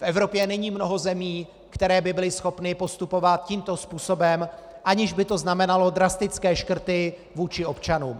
V Evropě není mnoho zemí, které by byly schopny postupovat tímto způsobem, aniž by to znamenalo drastické škrty vůči občanům.